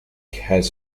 has